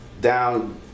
down